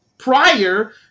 prior